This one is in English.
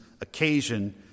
occasion